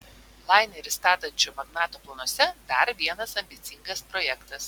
lainerį statančio magnato planuose dar vienas ambicingas projektas